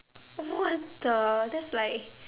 what the that's like